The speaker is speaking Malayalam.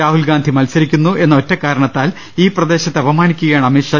രാഹുൽഗാന്ധി മത്സരിക്കുന്നു എന്ന ഒറ്റക്കാരണത്താൽ ഈ പ്രദേശത്തെ അപമാനിക്കുകയാണ് അമിത്ഷാ